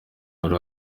wari